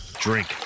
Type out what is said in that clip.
drink